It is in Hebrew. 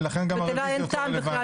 ולכן גם הרביזיות לא רלוונטיות.